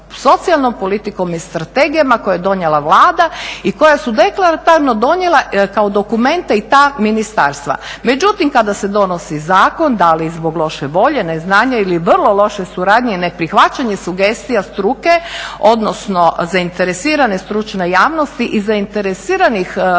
socijalnom politikom i strategijama koje je donijela Vlada i koje su deklaratarno donijela kao dokumenta i ta ministarstva. Međutim, kada se donosi zakon, da li zbog loše volje, neznanja ili vrlo loše suradnje, neprihvaćanje sugestija struke, odnosno zainteresirane stručne javnosti i zainteresiranih